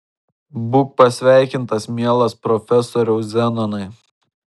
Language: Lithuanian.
būk pasveikintas mielas profesoriau zenonai